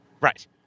Right